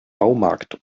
baumarkt